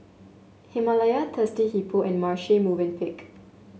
Himalaya Thirsty Hippo and Marche Movenpick